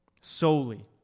solely